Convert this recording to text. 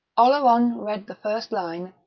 oleron read the first line,